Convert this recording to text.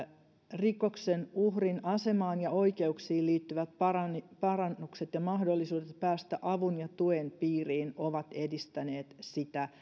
rikoksen uhrin asemaan ja oikeuksiin liittyvät parannukset parannukset ja mahdollisuudet päästä avun ja tuen piiriin ovat edistäneet sitä